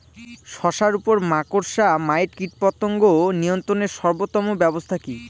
শশার উপর মাকড়সা মাইট কীটপতঙ্গ নিয়ন্ত্রণের সর্বোত্তম ব্যবস্থা কি?